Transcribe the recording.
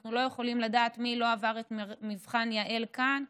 אנחנו לא יכולים לדעת מי לא עבר את מבחן יע"ל כאן,